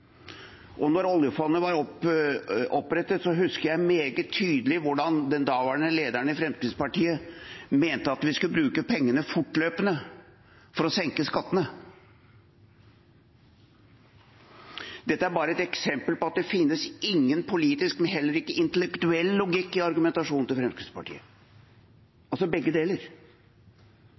Og når oljefondet var opprettet, så husker jeg meget tydelig hvordan den daværende lederen i Fremskrittspartiet mente at vi skulle bruke pengene fortløpende for å senke skattene. Dette er bare et eksempel på at det ikke finnes politisk, men heller ikke intellektuell logikk i argumentasjonen til Fremskrittspartiet – altså begge deler.